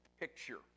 picture